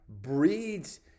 breeds